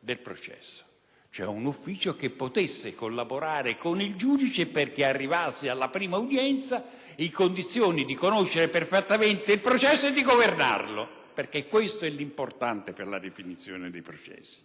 del processo, cioè un ufficio che potesse collaborare con il giudice perché arrivasse alla prima udienza in condizioni di conoscere perfettamente il processo e di governarlo: questo è l'importante per la definizione dei processi.